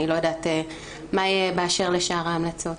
אני לא יודעת מה יהיה באשר לשאר ההמלצות.